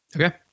Okay